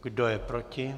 Kdo je proti?